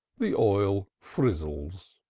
the oil frizzles.